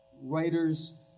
Writer's